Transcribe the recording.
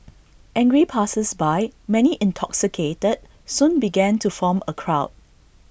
angry passersby many intoxicated soon began to form A crowd